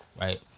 Right